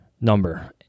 number